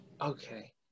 Okay